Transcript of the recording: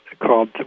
called